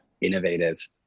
innovative